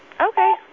Okay